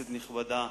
כנסת נכבדה,